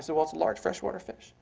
so well, it's a large freshwater fish.